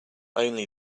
only